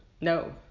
No